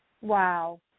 Wow